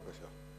בבקשה.